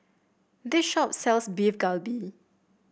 this shop sells Beef Galbi